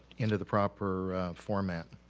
into the proper format.